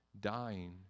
dying